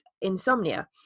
insomnia